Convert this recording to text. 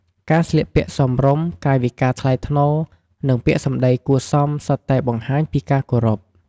ការស្លៀកពាក់សមរម្យ កាយវិការថ្លៃថ្នូរ និងពាក្យសម្ដីគួរសមសុទ្ធតែបង្ហាញពីការគោរព។